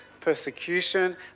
persecution